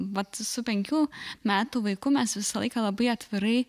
vat su penkių metų vaiku mes visą laiką labai atvirai